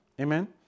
Amen